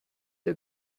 der